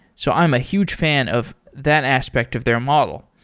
so i'm a huge fan of that aspect of their model.